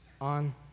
on